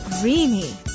creamy